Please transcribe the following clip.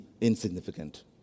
insignificant